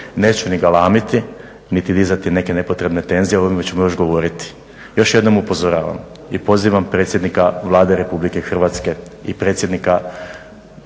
neću ni galamiti, niti dizati neka nepotrebne tenzije, o ovom ćemo još govoriti. Još jednom upozoravam i pozivam predsjednika Vlade Republike Hrvatske i predsjednika